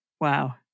Wow